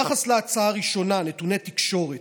ביחס להצעה הראשונה, נתוני תקשורת: